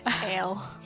Ale